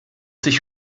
sich